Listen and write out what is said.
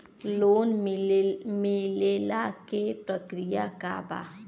Loan मिलेला के प्रक्रिया का बा?